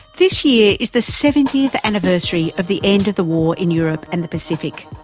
this year is the seventieth anniversary of the end of the war in europe and the pacific,